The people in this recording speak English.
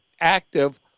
active